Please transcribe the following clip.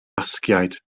basgiaid